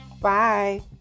Bye